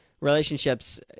Relationships